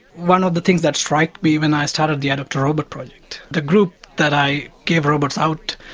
one of the things that struck me when i started the adopt-a-robot project, the group that i gave robots out